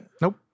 Nope